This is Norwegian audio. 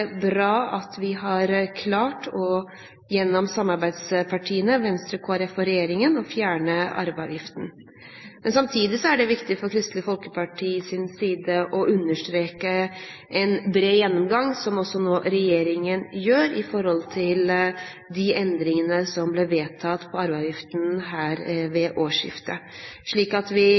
bra at samarbeidspartiene Venstre, Kristelig Folkeparti og regjeringspartiene har klart å fjerne arveavgiften. Samtidig er det viktig for Kristelig Folkepartis å understreke behovet for en bred gjennomgang, som regjeringen nå foretar av de endringer som ble vedtatt i arveavgiften fra årsskiftet, slik at vi